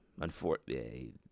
unfortunately